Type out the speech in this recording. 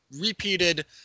repeated